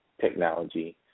technology